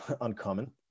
uncommon